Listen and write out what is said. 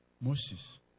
Moses